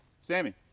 Sammy